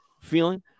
feeling